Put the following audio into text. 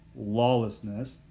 Lawlessness